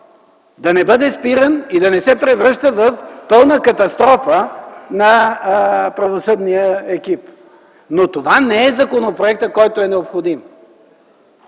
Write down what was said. да не бъде спиран и да не се превръща в пълна катастрофа на правосъдния екип. Това не е законопроектът, който е необходим.